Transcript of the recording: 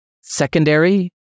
secondary